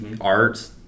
art